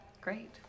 Great